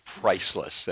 priceless